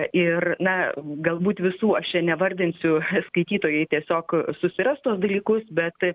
ir na galbūt visų aš čia nevardinsiu skaitytojai tiesiog susiras tuos dalykus bet